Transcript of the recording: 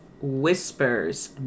whispers